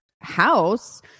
house